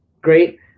Great